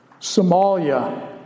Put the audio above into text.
Somalia